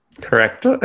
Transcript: correct